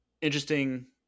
interesting